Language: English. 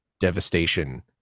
devastation